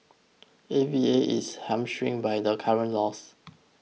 A V A is hamstrung by the current laws